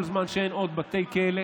כל זמן שאין עוד בתי כלא